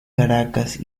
caracas